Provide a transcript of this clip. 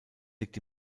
liegt